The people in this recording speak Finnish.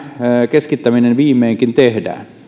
keskittäminen viimeinkin tehdään